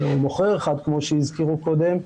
מוכר אחד כמו שהזכירו קודם,